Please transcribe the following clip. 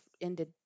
ended